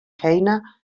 feina